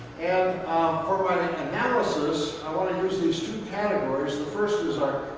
and for my analysis, i want to use these two categories. the first is um